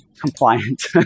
compliant